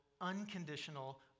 unconditional